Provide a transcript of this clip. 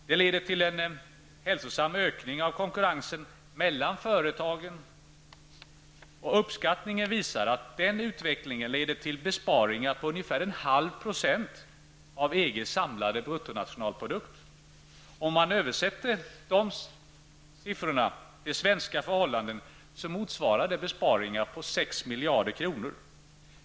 Det leder till en hälsosam ökning av konkurrensen mellan företagen. Uppskattningen visar att den utvecklingen leder till besparingar på ungefär en halv procent av EGs samlade bruttonationalprodukt. Om man översätter det till svenska förhållanden motsvarar det en besparing på 6 miljarder kronor.